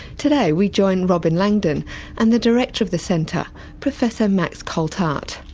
today we join robyn langdon and the director of the centre, professor max coltheart.